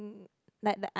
like like the uh